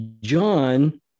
john